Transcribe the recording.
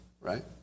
Right